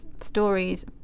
stories